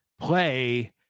play